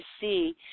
see